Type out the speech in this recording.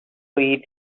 eat